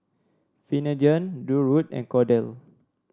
Finnegan Durwood and Cordell